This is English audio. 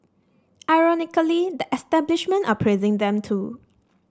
ironically the establishment are praising them too